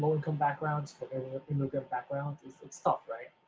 income backgrounds, from immigrant backgrounds. it's it's tough, right?